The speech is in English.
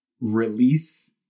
release